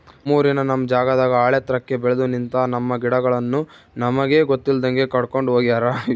ನಮ್ಮೂರಿನ ನಮ್ ಜಾಗದಾಗ ಆಳೆತ್ರಕ್ಕೆ ಬೆಲ್ದು ನಿಂತ, ನಮ್ಮ ಗಿಡಗಳನ್ನು ನಮಗೆ ಗೊತ್ತಿಲ್ದಂಗೆ ಕಡ್ಕೊಂಡ್ ಹೋಗ್ಯಾರ